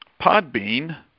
Podbean